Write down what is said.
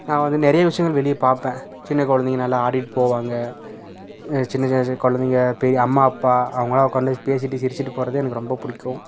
நான் வந்து நிறைய விஷயங்கள் வெளியே பார்ப்பேன் சின்ன கொழந்தைங்க நல்லா ஆடிகிட்டு போவாங்க சின்ன சின்ன கொழந்தைங்க பெரிய அம்மா அப்பா அவங்களாம் உக்கார்ந்து பேசிகிட்டு சிரிச்சுட்டு போவது எனக்கு ரொம்ப பிடிக்கும்